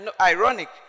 ironic